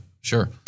sure